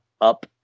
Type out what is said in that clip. up